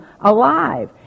alive